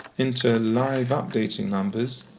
into live updating numbers.